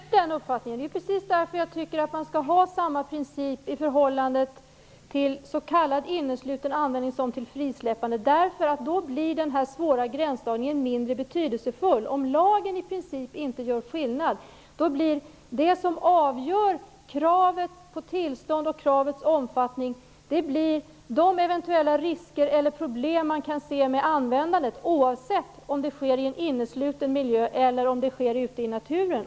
Herr talman! Jag delar den uppfattningen. Det är precis därför jag tycker att man skall ha samma princip i förhållande till s.k. innesluten användning som till frisläppande. Då blir denna svåra gränsdragning mindre betydelsefull. Om lagen i princip inte gör skillnad, blir det som avgör kravet på tillstånd och kravets omfattning de eventuella risker eller problem man kan se med användandet, oavsett om det sker i en innesluten miljö eller om det sker ute i naturen.